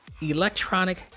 Electronic